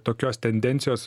tokios tendencijos